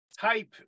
type